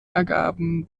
ergaben